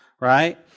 Right